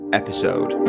episode